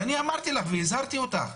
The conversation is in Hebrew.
שאני אמרתי לך והזהרתי אותך.